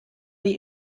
die